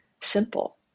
simple